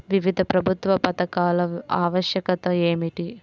వివిధ ప్రభుత్వా పథకాల ఆవశ్యకత ఏమిటి?